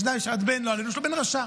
יש בן, לא עלינו, שהוא בן רשע,